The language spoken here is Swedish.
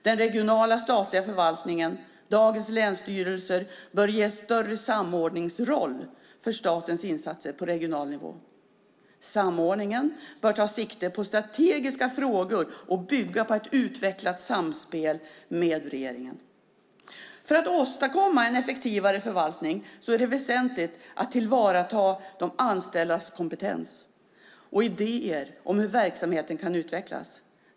Den regionala statliga förvaltningen, dagens länsstyrelser, bör ges en större samordningsroll för statens insatser på regional nivå. Samordningen bör ta sikte på strategiska frågor och bygga på att utveckla ett samspel med regeringen. För att åstadkomma en effektivare förvaltning är det väsentligt att tillvarata de anställdas kompetens och idéer om hur verksamheten kan utvecklas.